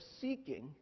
seeking